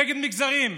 נגד מגזרים.